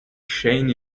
shane